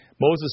Moses